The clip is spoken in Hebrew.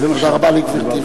תודה רבה לגברתי.